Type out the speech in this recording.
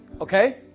Okay